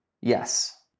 yes